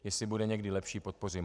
Jestli bude někdy lepší, podpořím ho.